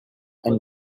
and